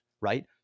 right